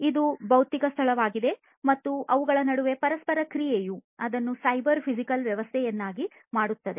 ಇದು ಭೌತಿಕ ಸ್ಥಳವಾಗಿದೆ ಮತ್ತು ಅವುಗಳ ನಡುವಿನ ಪರಸ್ಪರ ಕ್ರಿಯೆಯು ಅದನ್ನು ಸೈಬರ್ ಫಿಸಿಕಲ್ ವ್ಯವಸ್ಥೆಯನ್ನಾಗಿ ಮಾಡುತ್ತದೆ